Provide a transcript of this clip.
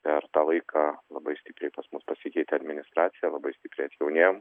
per tą laiką labai stipriai pas mus pasikeitė administracija labai stipriai atjaunėjom